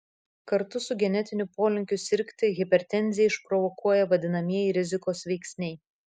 kartu su genetiniu polinkiu sirgti hipertenziją išprovokuoja vadinamieji rizikos veiksniai